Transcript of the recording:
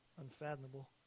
unfathomable